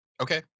okay